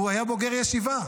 הוא היה בוגר ישיבה.